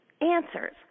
answers